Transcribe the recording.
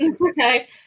Okay